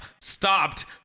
stopped